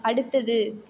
அடுத்தது